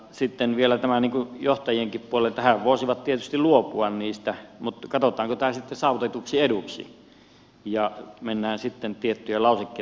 sitten on vielä tämä johtajienkin puoli että hehän voisivat tietysti luopua niistä mutta katsotaanko tämä sitten saavutetuksi eduksi ja mennään sitten tiettyjen lausekkeitten taakse